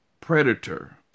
predator